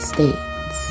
States